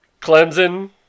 Clemson